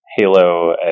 Halo